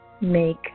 make